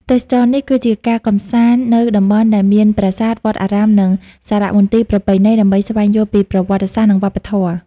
ទេសចរណ៍នេះ គឺជាការកំសាន្តនៅតំបន់ដែលមានប្រាសាទ វត្តអារាម និងសារមន្ទីរប្រពៃណីដើម្បីស្វែងយល់ពីប្រវត្តិសាស្រ្ត និងវប្បធម៌។